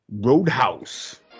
Roadhouse